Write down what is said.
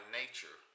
nature